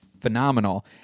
phenomenal